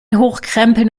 hochkrempeln